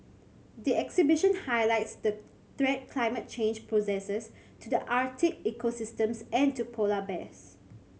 the exhibition highlights the threat climate change poses to the Arctic ecosystems and to polar bears